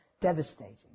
devastating